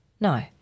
No